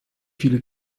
viele